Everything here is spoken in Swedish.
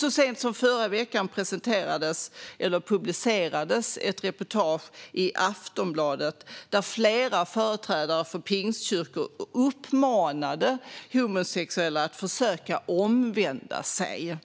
Så sent som förra veckan publicerades dessutom ett reportage i Aftonbladet som visade hur flera ledare för pingstkyrkor uppmanade homosexuella att försöka omvända sig.